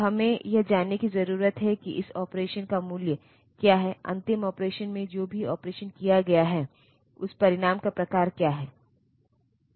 तो हमें यह जानने की जरूरत है कि इस ऑपरेशन का मूल्य क्या है अंतिम ऑपरेशनOperation में जो भी ऑपरेशन किया गया है उस परिणाम का प्रकार क्या है